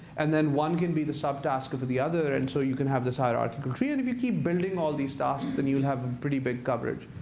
and then one can be the sub-task of the other and so you can have this hierarchical tree. and if you keep building all these tasks, then you will have a pretty big coverage.